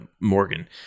Morgan